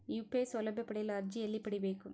UPI ಸೌಲಭ್ಯ ಪಡೆಯಲು ಅರ್ಜಿ ಎಲ್ಲಿ ಪಡಿಬೇಕು?